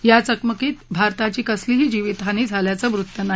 या चकमकीत भारताची कसलीही जीवितहानी झाल्याचं वृत्त नाही